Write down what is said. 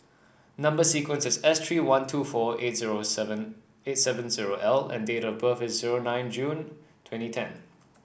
number sequence is S three one two four eight zero seven eight seven zero L and date of birth is zero nine June twenty ten